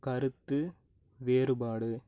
கருத்து வேறுபாடு